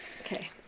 Okay